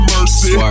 Mercy